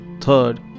Third